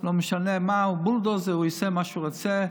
לא משנה מה, הוא בולדוזר, הוא עושה מה שהוא רוצה,